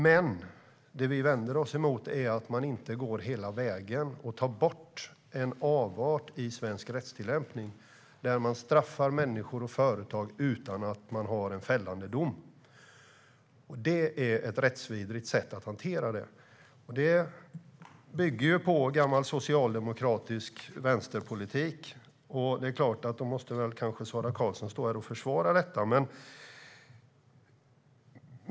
Men det vi vänder oss emot är att man inte går hela vägen och tar bort en avart i svensk rättstillämpning där människor och företag straffas utan att det finns en fällande dom. Det är ett rättsvidrigt sätt att hantera frågan. Det bygger på gammal socialdemokratisk vänsterpolitik. Då måste väl Sara Karlsson stå här och försvara den politiken.